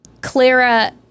Clara